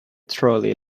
trolley